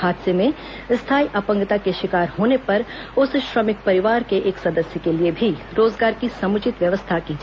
हादसे में स्थायी अपंगता के शिकार होने पर उस श्रमिक परिवार के एक सदस्य के लिए भी रोजगार की समुचित व्यवस्था की जाएगी